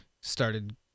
started